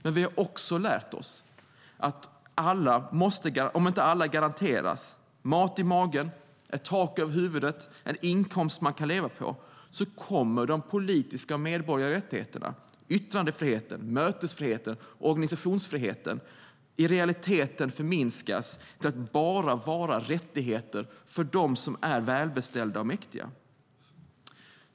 Men vi har också lärt oss att om inte alla garanteras mat i magen, ett tak över huvudet och en inkomst som man kan leva på så kommer de politiska och medborgerliga rättigheterna som yttrandefriheten, mötesfriheten och organisationsrätten att i realiteten förminskas till att bara vara rättigheter för dem som är välbeställda och mäktiga.